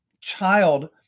child